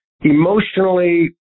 emotionally